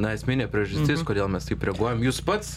na esminė priežastis kodėl mes taip reaguojam jūs pats